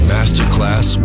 Masterclass